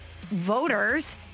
voters